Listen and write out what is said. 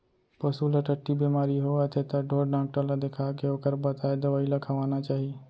पसू ल टट्टी बेमारी होवत हे त ढोर डॉक्टर ल देखाके ओकर बताए दवई ल खवाना चाही